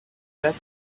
that